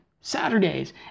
saturdays